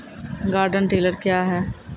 Garden tiller क्या हैं?